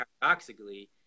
paradoxically